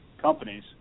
companies